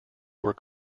were